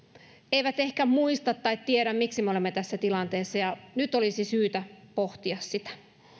eivät ehkä muista tai tiedä miksi me olemme tässä tilanteessa ja nyt olisi syytä pohtia sitä